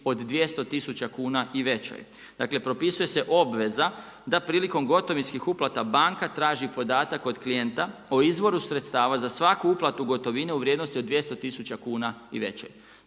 od 200 tisuća kuna i većoj. Propisuje se obveza da prilikom gotovinskih uplata banka traži podatak od klijenat o izvoru sredstava za svaku uplatu gotovine u vrijednosti od 200 tisuća kuna i većoj.